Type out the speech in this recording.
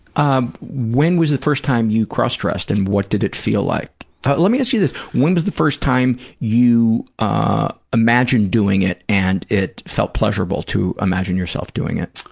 um when was the first time you cross-dressed, and what did it feel like? let me ask you this. when was the first time you ah imagined doing it and it felt pleasurable to imagine yourself doing it?